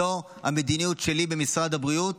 זו המדיניות שלי במשרד הבריאות,